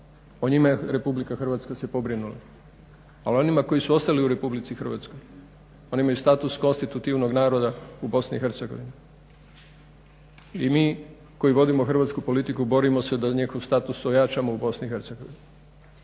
O njima se RH pobrinula. A onima koji su ostali u RH oni imaju status konstitutivnog naroda u BiH. I mi koji vodimo hrvatsku politiku borimo se da njihov status ojačamo u BiH.